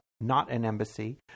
not-an-embassy